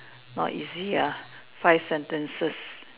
not easy ah five sentences